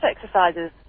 exercises